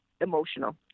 emotional